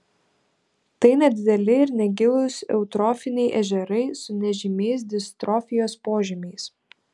tai nedideli ir negilūs eutrofiniai ežerai su nežymiais distrofijos požymiais